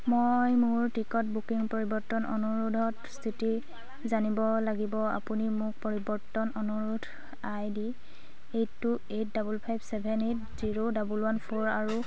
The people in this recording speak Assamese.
মই মোৰ টিকট বুকিং পৰিৱৰ্তন অনুৰোধৰ স্থিতি জানিব লাগিব আপুনি মোক পৰিৱৰ্তন অনুৰোধ I D two eight double five seven eight double one four আৰু